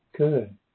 Good